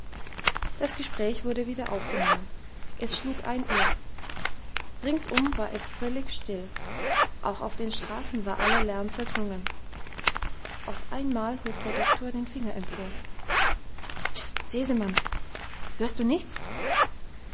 das gespräch wurde wieder aufgenommen es schlug ein uhr ringsum war es völlig still auch auf den straßen war aller lärm verklungen auf einmal hob der doktor den finger empor pst sesemann hörst du nichts